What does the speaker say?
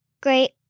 great